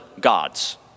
gods